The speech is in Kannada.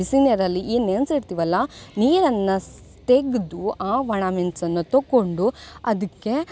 ಬಿಸಿ ನೀರಲ್ಲಿ ಏನು ನೆನ್ಸಿ ಇಡ್ತೀವಲ್ಲ ನೀರನ್ನು ಸ್ ತೆಗೆದು ಆ ಒಣಮೆಣಸನ್ನು ತೊಕೊಂಡು ಅದಕ್ಕೆ